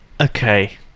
Okay